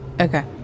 Okay